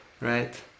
right